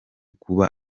kuba